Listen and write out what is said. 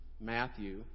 Matthew